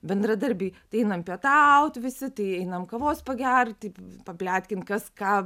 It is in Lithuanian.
bendradarbiai tai einam pietaut visi tai einam kavos pagerti papletkint kas ką